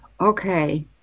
Okay